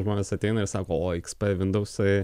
žmonės ateina ir sako o iks p vindausai